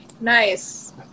Nice